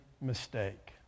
mistake